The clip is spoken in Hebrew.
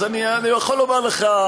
אז אני יכול לומר לך,